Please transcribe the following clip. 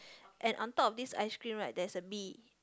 and on top of this ice cream right there is a bee